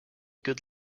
good